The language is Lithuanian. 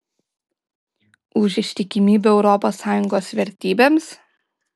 už ištikimybę europos sąjungos vertybėms